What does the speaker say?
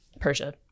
Persia